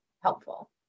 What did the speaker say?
helpful